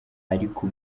ariko